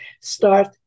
start